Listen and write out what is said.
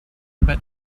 but